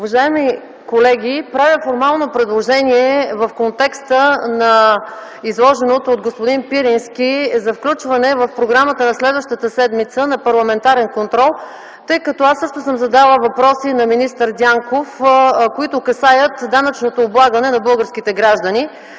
Уважаеми колеги! Правя формално предложение в контекста на изложеното от господин Пирински за включване в програмата за следващата седмица на парламентарен контрол. Аз също съм задала въпроси на министър Дянков, които касаят данъчното облагане на българските граждани.